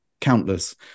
countless